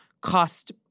cost